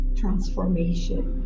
transformation